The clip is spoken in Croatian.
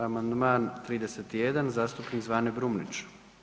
Amandman 31 zastupnik Zvane Brumnić.